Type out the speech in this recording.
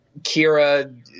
Kira